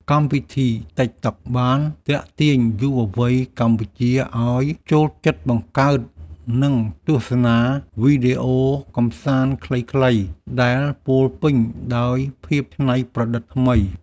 កម្មវិធីតិកតុក បានទាក់ទាញយុវវ័យកម្ពុជាឱ្យចូលចិត្តបង្កើត និងទស្សនាវីដេអូកម្សាន្តខ្លីៗដែលពោរពេញដោយភាពច្នៃប្រឌិតថ្មីៗ។